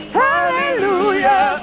hallelujah